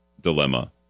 dilemma